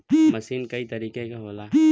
मसीन कई तरीके क होला